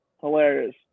hilarious